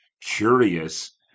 curious